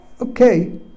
okay